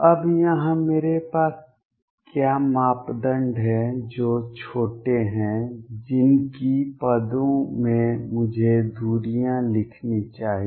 अब यहाँ मेरे पास क्या मापदंड हैं जो छोटे हैं जिनकी पदों में मुझे दूरियां लिखनी चाहिए